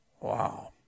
Wow